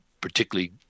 particularly